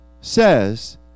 says